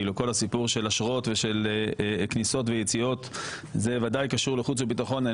כל הסיפור של אשרות ושל כניסות ויציאות זה בוודאי קשור לחוץ וביטחון.